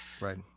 right